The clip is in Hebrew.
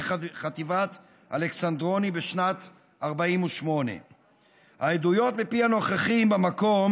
חברת חטיבת אלכסנדרוני בשנת 48'. העדויות מפי הנוכחים במקום